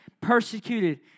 persecuted